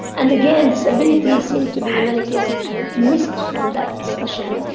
and again, disability seems to be in many cases missed from that discussion.